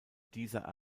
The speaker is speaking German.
dieser